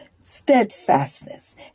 steadfastness